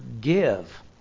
give